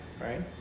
right